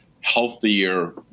healthier